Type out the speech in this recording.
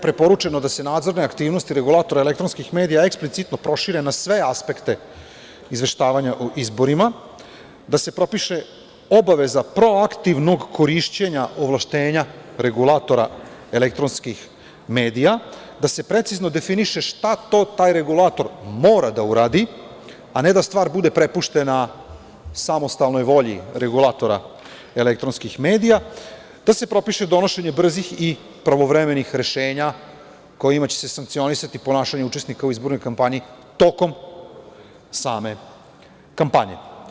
Preporučeno je da se nadzorne aktivnosti regulatora elektronskih medija eksplicitno prošire na sve aspekte izveštavanja o izborima, da se propiše obaveza proaktivnog korišćenja ovlašćenja regulatora elektronskih medija, da se precizno definiše šta to taj regulator mora da uradi, a ne da stvar bude prepuštena samostalnoj volji regulatora elektronskih medija, da se propiše donošenje brzih i pravovremenih rešenja kojima će se sankcionisati ponašanje učesnika u izbornoj kampanji tokom same kampanje.